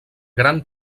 gran